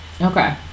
Okay